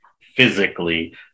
physically